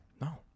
No